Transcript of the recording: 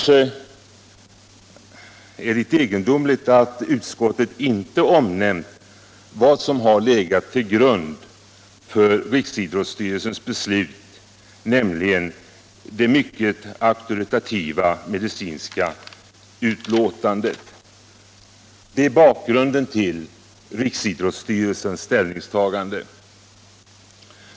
Det är egendomligt att utskottet inte omnämner vad som har legat till grund för Riksidrottsstyrelsens beslut, nämligen detta mycket auktoritativa medicinska utlåtande. Det är bakgrunden till Riksidrottsstyrelsens ställningstagande.